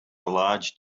large